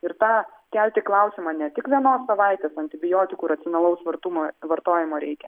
ir tą kelti klausimą ne tik vienos savaitės antibiotikų racionalaus vartumo vartojimo reikia